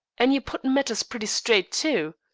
and you put matters pretty straight, too.